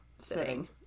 Sitting